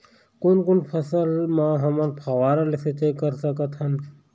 कोन कोन फसल म हमन फव्वारा ले सिचाई कर सकत हन?